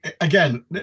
again